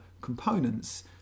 components